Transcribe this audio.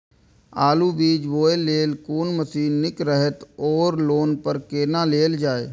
आलु बीज बोय लेल कोन मशीन निक रहैत ओर लोन पर केना लेल जाय?